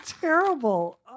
terrible